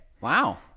Wow